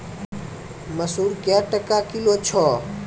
मसूर क्या टका किलो छ?